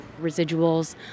Residuals